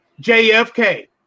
JFK